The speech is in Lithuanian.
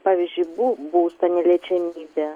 pavyzdžiui bū būsto neliečiamybė